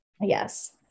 Yes